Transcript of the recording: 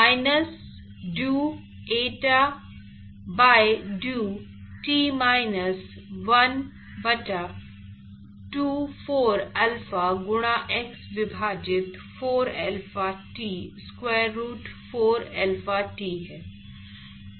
minus डू eta by डू t minus 1 बटा 2 4 अल्फा गुणा x विभाजित 4 alpha t square root 4 alpha t है